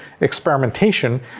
experimentation